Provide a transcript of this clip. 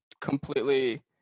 completely